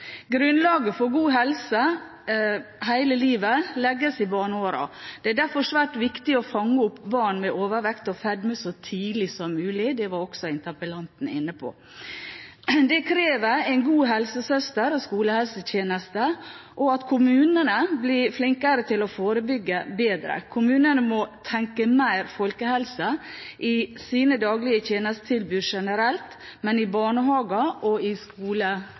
Grunnlaget for god helse hele livet legges i barneårene, og det er derfor svært viktig å fange opp barn med overvekt og fedme så tidlig som mulig. Det var også interpellanten inne på. Det krever en god helsesøster- og skolehelsetjeneste og at kommunene blir flinkere til å forebygge. Kommunene må tenke mer folkehelse i sine daglige tjenestetilbud generelt, men i barnehager og skoler spesielt. Studien Barns vekst i